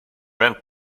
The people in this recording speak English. went